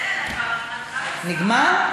אין, המנכ"ל סגר.